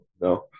No